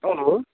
hello